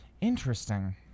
Interesting